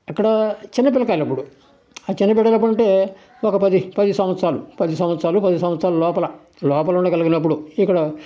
ఇక్కడా చిన్నపిల్లకాయలప్పుడు చిన్నపిల్లకాయలప్పుడంటే ఒక పది పది సంవత్సరాలు పది సంవత్సరాలు పది సంవత్సరాలు లోపల లోపల ఉండగలిగినప్పుడు ఇక్కడా